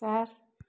चार